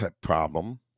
problem